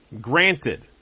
Granted